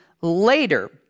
later